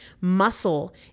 Muscle